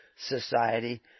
society